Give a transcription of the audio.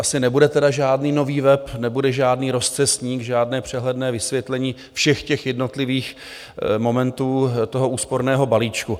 Asi nebude tedy žádný nový web, nebude žádný rozcestník, žádné přehledné vysvětlení všech jednotlivých momentů toho úsporného balíčku.